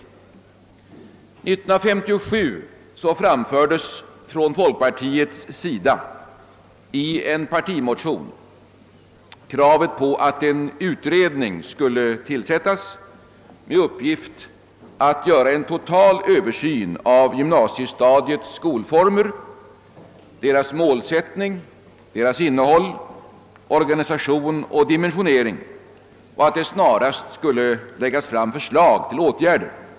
år 1957 framförde vi i en partimotion kravet på att en utredning skulle tillsättas med uppgift att göra en total översyn av gymnasiestadiets skolformer, avseende deras målsättning, innehåll, organisation och dimensionering, och att det snarast skulle läggas fram förslag till åtgärder.